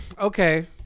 Okay